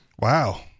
Wow